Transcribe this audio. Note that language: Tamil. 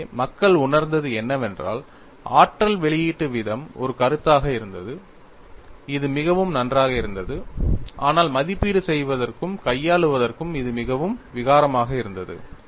எனவே மக்கள் உணர்ந்தது என்னவென்றால் ஆற்றல் வெளியீட்டு வீதம் ஒரு கருத்தாக இருந்தது இது மிகவும் நன்றாக இருந்தது ஆனால் மதிப்பீடு செய்வதற்கும் கையாளுவதற்கும் இது மிகவும் விகாரமாக இருந்தது